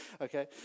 Okay